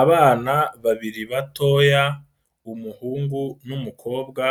Abana babiri batoya, umuhungu n'umukobwa,